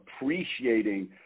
appreciating